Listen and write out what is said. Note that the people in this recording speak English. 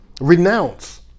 renounce